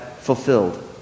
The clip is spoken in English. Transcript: fulfilled